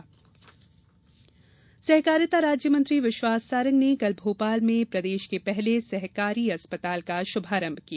सहकारी अस्पताल सहकारिता राज्य मंत्री विश्वास सारंग ने कल भोपाल में प्रदेश के पहले सहकारी अस्पताल का श्भारंभ किया